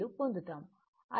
పొందుతాము